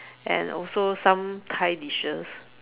and also some Thai dishes